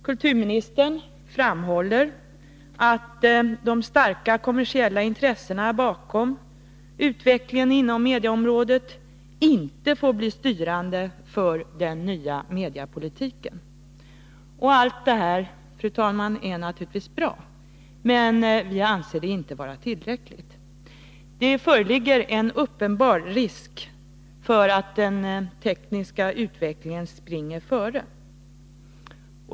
Kulturministern framhåller att de starka kommersiella intressena bakom utvecklingen inom medieområdet inte får bli styrande för den nya massmediepolitiken. Allt detta är naturligtvis bra, fru talman, men vi anser det inte tillräckligt. Det föreligger en uppenbar risk för att den tekniska utvecklingen springer före.